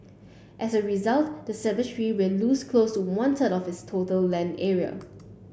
as a result the cemetery will lose close to one third of its total land area